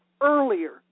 earlier